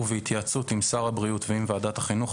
ובהתייעצות עם שר הבריאות ועם ועדת החינוך,